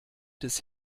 des